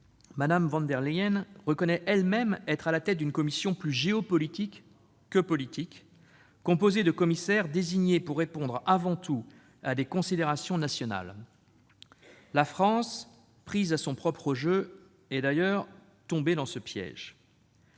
Mme von der Leyen reconnaît elle-même être à la tête d'une Commission plus géopolitique que politique, composée de commissaires désignés pour répondre avant tout à des considérations nationales. La France, prise à son propre jeu, est d'ailleurs tombée dans ce piège.